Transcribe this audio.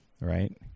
right